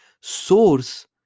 source